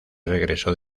regreso